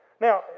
Now